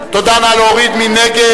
המסחר והתעסוקה (יחידה לבטיחות תעסוקתית,